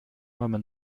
woman